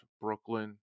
Brooklyn